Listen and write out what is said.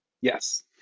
Yes